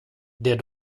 der